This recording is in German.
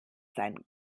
sein